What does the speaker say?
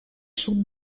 sud